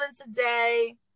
today